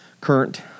current